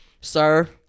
Sir